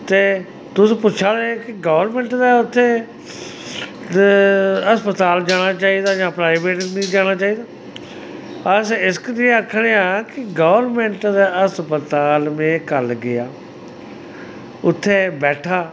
ते तुस पुच्छा दे कि गौरमैंट दा उत्थै ते अस्पताल जाना चाहिदा जां प्राइवेट बिच्च जाना चाहिदा अस इस करियै आखने आं कि गौरमैंट दे अस्पताल में कल्ल गेआ उत्थै बैठा